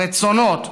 הרצונות,